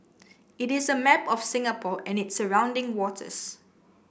it is a map of Singapore and its surrounding waters